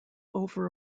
over